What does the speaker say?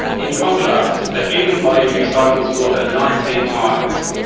in contrast, a human body recycles water nineteen times,